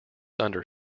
under